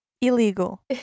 Illegal